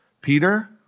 Peter